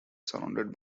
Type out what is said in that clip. surrounded